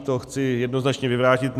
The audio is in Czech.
To chci jednoznačně vyvrátit.